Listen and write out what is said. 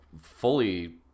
fully